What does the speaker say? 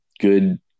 good